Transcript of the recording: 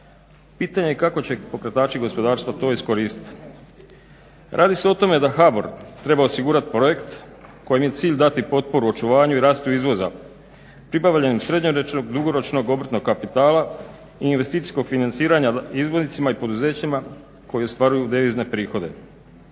Pitanje je kako će pokretači gospodarstva to iskoristiti? Radi se o tome da HBOR treba osigurati projekt kojem je cilj dati potporu očuvanju i rastu izvoza, pribavljanju srednjoročnog, dugoročnog obrtnog kapitala i investicijskog financiranja izvoznicima i poduzećima koji ostvaruju devizne prihode.